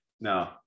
No